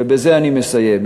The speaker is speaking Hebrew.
ובזה אני מסיים,